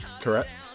correct